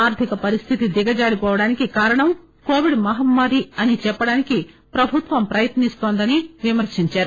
ఆర్థిక పరిస్థితి దిగజారి వోవడానికి కారణం కోవిడ్ మహమ్మారి అని చెప్పడానికి ప్రభుత్వం ప్రయత్ని స్తోందని విమర్పించారు